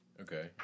Okay